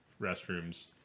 restrooms